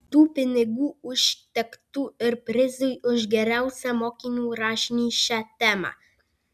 tų pinigų užtektų ir prizui už geriausią mokinių rašinį šia tema